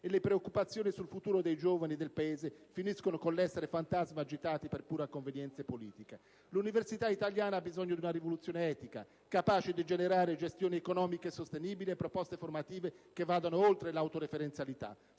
e le preoccupazioni sul futuro dei giovani e del Paese finiscono con l'essere fantasmi agitati per pura convenienza politica. L'università italiana ha bisogno di una rivoluzione etica, capace di generare gestioni economiche sostenibili e proposte formative che vadano oltre l'autoreferenzialità.